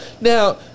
now